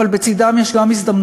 אבל בצדם יש גם הזדמנויות,